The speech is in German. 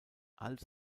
als